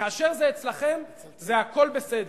כאשר זה אצלכם, הכול בסדר.